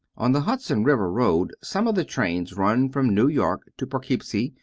on the hudson river road some of the trains run from new york to poughkeepsie,